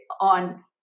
on